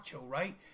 right